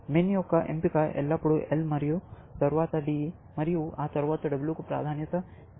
MIN యొక్క ఎంపిక ఎల్లప్పుడూ L మరియు తరువాత D మరియు తరువాత W కు ప్రాధాన్యత ఇవ్వడం